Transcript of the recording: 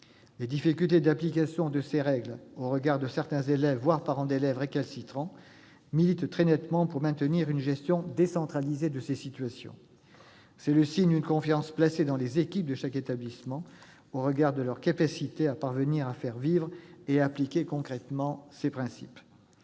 Les difficultés d'application des règles, rencontrées avec certains élèves, voire parents d'élèves, récalcitrants, militent très nettement pour le maintien d'une gestion décentralisée de ces situations. Cela manifesterait, en outre, la confiance placée dans les équipes de chaque établissement au regard de leur capacité à faire vivre et à appliquer concrètement ces principes.